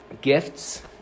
gifts